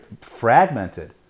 fragmented